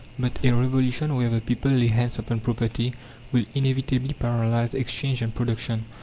but a revolution where the people lay hands upon property will inevitably paralyse exchange and production.